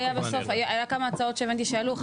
היו כמה הצעות שהבנתי שעלו,